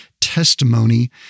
testimony